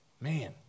Man